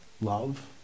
love